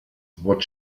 what